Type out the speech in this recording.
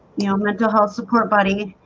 you know mental health support buddy,